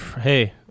hey